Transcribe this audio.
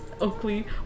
Oakley